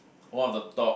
all the top